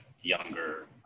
younger